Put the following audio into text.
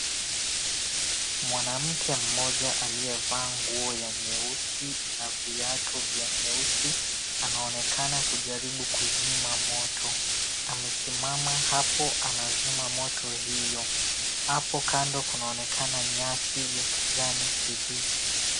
Mwanamke mmoja aliyevaa nguo ya nyeusi, na viatu vya nyeusi, anaonekana kujaribu kuzima moto, amesimama hapo anazima moto hiyo. Hapo kando kunaonekana nyasi ya kijani kibichi.